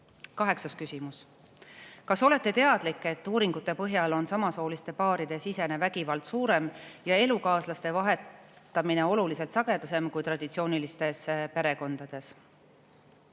Kaheksas küsimus: "Kas olete teadlik, et uuringute põhjal on samasooliste paaride sisene vägivald suurem ja elukaaslaste vahetamine oluliselt sagedam kui traditsioonilises perekonnas?"